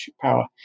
power